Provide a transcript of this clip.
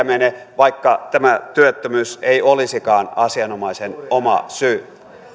mene vaikka tämä työttömyys ei olisikaan asianomaisen oma syy